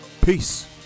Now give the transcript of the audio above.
peace